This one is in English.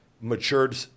matured